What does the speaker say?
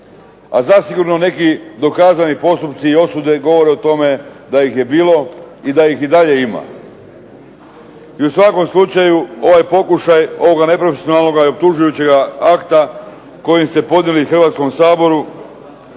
A zasigurno neki dokazani postupci i osude govore o tome da ih je bilo i da ih i dalje ima. I u svakom slučaju ovaj pokušaj ovog neprofesionalnog i optužujućeg akta koji ste podnijeli Hrvatskom saboru